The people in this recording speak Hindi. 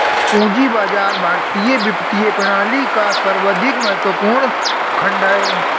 पूंजी बाजार भारतीय वित्तीय प्रणाली का सर्वाधिक महत्वपूर्ण खण्ड है